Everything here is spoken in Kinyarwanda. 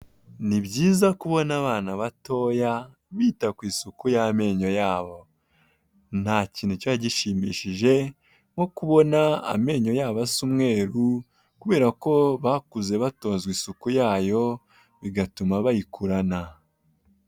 Ni byiza kubona abana batoya bita ku isuku y'amenyo yabo. Nta kintu kiba gishimishije nko kubona amenyo yabo asa umweru, kubera ko bakuze batozwa isuku yayo, bigatuma bayikurana.